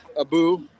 Abu